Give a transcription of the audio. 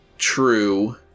true